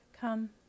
Come